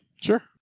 Sure